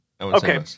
Okay